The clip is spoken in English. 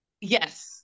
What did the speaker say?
Yes